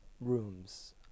rooms